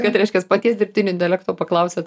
kad reiškias paties dirbtinio intelekto paklausiat